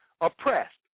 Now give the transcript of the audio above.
oppressed